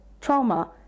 trauma